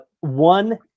one